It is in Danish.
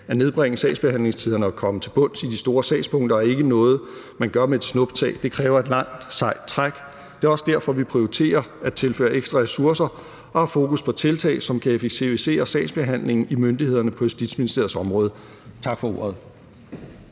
At nedbringe sagsbehandlingstiderne og komme til bunds i de store sagsbunker er ikke noget, man gør med et snuptag. Det kræver et langt, sejt træk. Det er også derfor, vi prioriterer at tilføre ekstra ressourcer og har fokus på tiltag, som kan effektivisere sagsbehandlingen i myndighederne på Justitsministeriets område. Tak for ordet.